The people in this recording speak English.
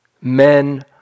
men